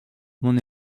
mon